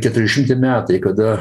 keturiasdešimti metai kada